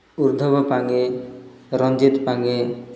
Urdhab Pange Ranjit Pange